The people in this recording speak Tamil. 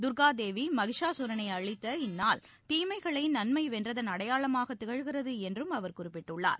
தர்கா தேவி மகிஷா சூரனை அளித்த இந்நாள் தீமைகளை நன்மை வென்றதன் அடையாளமாக திகழ்கிறது என்றும் அவர் குறிப்பிட்டுள்ளார்